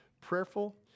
prayerful